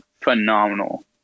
phenomenal